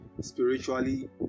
spiritually